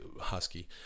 husky